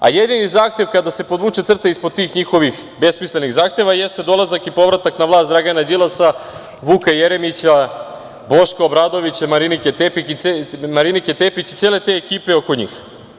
Jedini zahtev, kada se podvuče crta ispod tih njihovih besmislenih zahteva, jeste dolazak i povratak na vlast Dragana Đilasa, Vuka Jeremića, Boška Obradovića, Marinike Tepić i cele te ekipe oko njih.